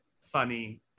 funny